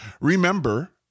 Remember